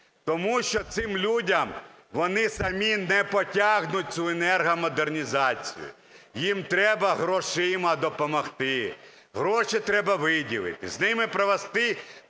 Тому що цим людям, вони самі не потягнуть цю енергомодернізацію, їм треба грошима допомогти. Гроші треба виділити, з ними провести